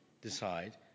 decide